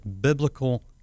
Biblical